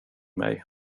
mig